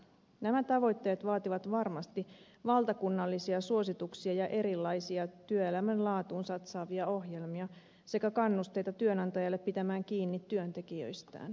nämä tavoitteet vaativat varmasti valtakunnallisia suosituksia ja erilaisia työelämän laatuun satsaavia ohjelmia sekä kannusteita työnantajille pitää kiinni työntekijöistään